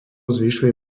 zvyšuje